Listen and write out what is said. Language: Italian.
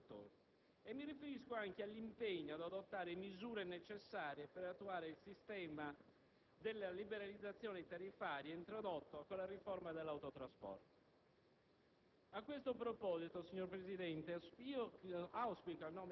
Mi riferisco in particolare a due punti. Il primo concerne la necessità di non modificare i criteri di rappresentatività delle organizzazioni associative necessarie per far parte della Consulta generale per l'autotrasporto